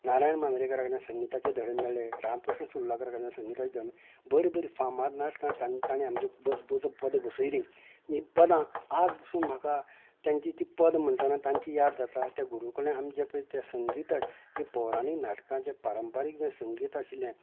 नारायण मांद्रेकारा कडल्यान संगीताचे धडे मेळ्ळें रामकृष्ण सुर्लकारा कडच्यान संगीताचे बरी बरें फामाद नाटकां तांणी आमकां पदां बसयली ही पदां आयज पसून म्हाका तांची ती पद म्हणटा आसतना तांची याद जाता गुरू कडल्यान आमी जे पळय तें संगीत जी पौराणीक नाटकां जे पारंपारीक जे संगीत आशिल्लें